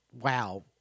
wow